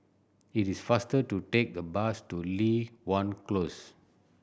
it is faster to take the bus to Li Hwan Close